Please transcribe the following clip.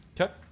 Okay